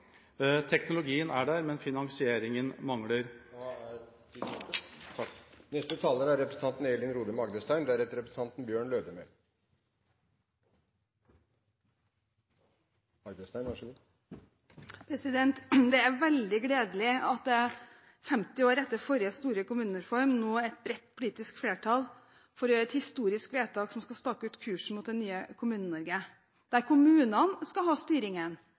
Teknologien er der, men finansieringa mangler. Det er veldig gledelig at det 50 år etter den forrige store kommunereformen nå er et stort politisk flertall for å gjøre et historisk vedtak som skal stake ut kursen mot det nye Kommune-Norge, der kommunene skal ha styringen.